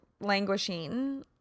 languishing